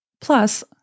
Plus